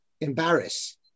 embarrass